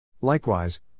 Likewise